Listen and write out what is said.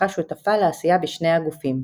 הפכה שותפה לעשייה בשני הגופים.